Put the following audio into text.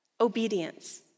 obedience